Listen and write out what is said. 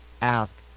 ask